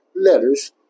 letters